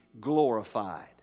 glorified